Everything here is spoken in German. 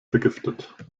vergiftet